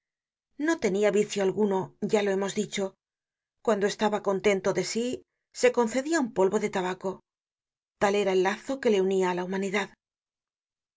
no tenia vicio alguno ya lo hemos dicho cuando estaba contento de sí se concedia un polvo de tabaco tal era el lazo que le unia á la humanidad